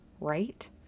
right